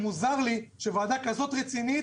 מוזר לי שוועדה כזאת רצינית